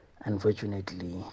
unfortunately